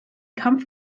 kampf